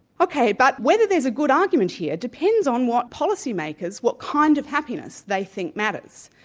ok, but whether there's a good argument here depends on what policymakers, what kind of happiness they think matters.